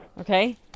Okay